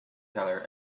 teller